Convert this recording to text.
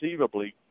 perceivably